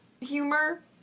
humor